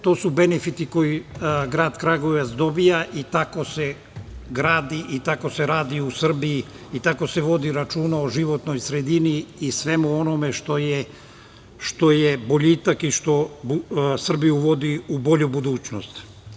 To su benefiti koje grad Kragujevac dobija i tako se gradi i tako se radi u Srbiji i tako se vodi računa o životnoj sredini i svemu onome što je boljitak i što Srbiju vodi u bolju budućnost.